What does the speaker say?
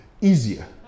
easier